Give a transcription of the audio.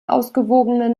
ausgewogenen